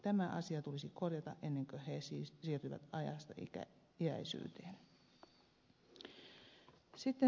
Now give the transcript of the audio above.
tämä asia tulisi korjata ennen kuin he siirtyvät ajasta iäisyyteen